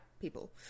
people